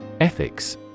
Ethics